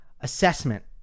assessment